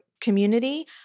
community